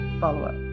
follow-up